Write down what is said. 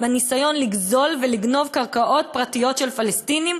בניסיון לגזול ולגנוב קרקעות פרטיות של פלסטינים,